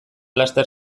laster